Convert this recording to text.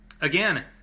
again